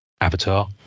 avatar